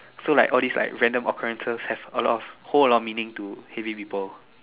so like all these like random occurrences have a lot of hold a lot of meaning to heavy people